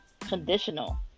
conditional